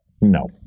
no